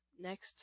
next